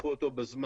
ופיתחו אותו בזמן.